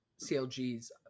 CLG's